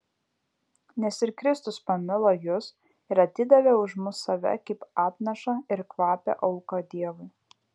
nes ir kristus pamilo jus ir atidavė už mus save kaip atnašą ir kvapią auką dievui